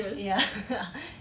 ya